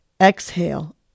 exhale